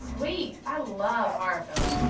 sweet. i love horror films.